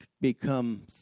become